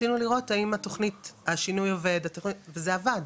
רצינו לראות האם בתוכנית השינוי עובד, וזה עבד.